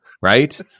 right